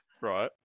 right